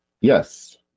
Yes